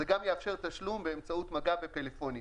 זה גם יאפשר תשלום באמצעות מגע בפלאפונים.